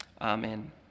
Amen